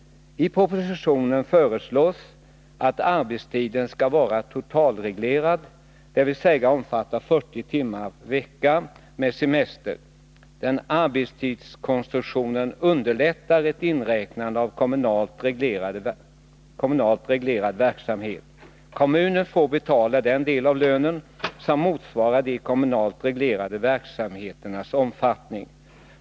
I propositionen föreslås att arbetstiden skall vara totalreglerad, dvs. omfatta 40 timmar per vecka med semester. Den arbetstidskonstruktionen underlättar ett inräknande av kommunalt reglerad verksamhet. Kommunen får betala den del av lönen som motsvarar de kommunalt reglerade verksamheternas omfattning.